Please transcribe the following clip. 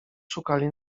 szukali